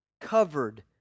covered